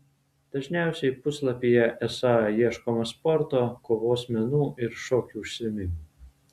dažniausiai puslapyje esą ieškoma sporto kovos menų ir šokių užsiėmimų